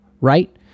right